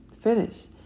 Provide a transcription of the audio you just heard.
finish